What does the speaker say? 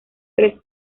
tres